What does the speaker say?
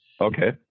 okay